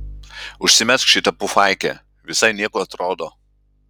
užsimesk šitą pufaikę visai nieko atrodo